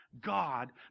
God